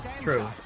True